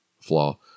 flaw